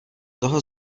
toho